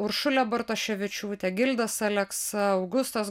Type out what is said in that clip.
uršulė bartoševičiūtė gildas aleksa augustas